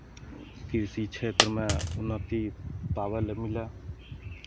कृषि क्षेत्रमे उन्नति पाबय लेल मिलय